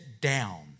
down